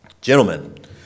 gentlemen